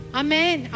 amen